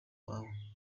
wawe